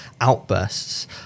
outbursts